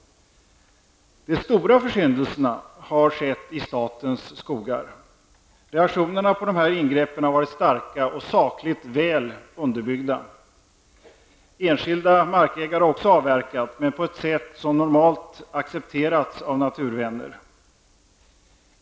De stora försyndelserna har skett i statens skogar. Reaktionerna på dessa ingrepp har varit starka och sakligt väl underbyggda. Enskilda skogsägare har också avverkat skog, men på ett sätt som normalt accepterats av naturvänner.